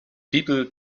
people